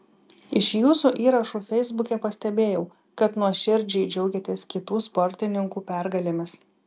iš jūsų įrašų feisbuke pastebėjau kad nuoširdžiai džiaugiatės kitų sportininkų pergalėmis